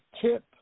tip